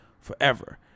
forever